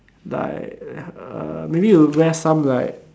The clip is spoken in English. like uh maybe we'll wear some like